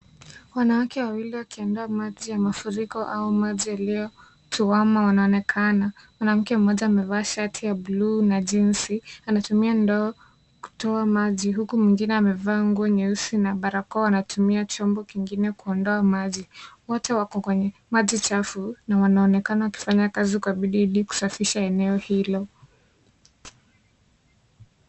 Wanawake wawili wakiondoa maji ya mafuriko au maji yaliyotuama wanaonekana. Mwanamke mmoja amevaa shati ya bluu na jinsi, anatumia ndoo kutoa maji huku mwingine amevaa nguo nyeusi na barakoa wanatumia chombo kingine kuondoa maji. Wote wako kwenye maji chafu na wanaonekana wakifanya kazi kwa bidii ili kusafisha eneo hilo.